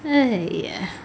!haiya!